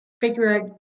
Figure